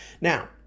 Now